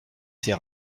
ses